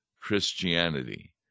Christianity